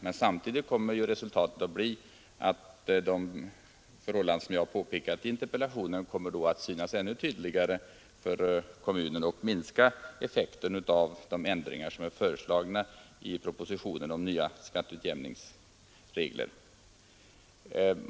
Men samtidigt kommer de förhållanden jag påpekat i interpellationen att synas ännu tydligare och minska effekten av de ändringar som är föreslagna i propositionen om nya skatteutjämningsregler.